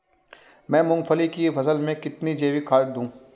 मैं मूंगफली की फसल में कितनी जैविक खाद दूं?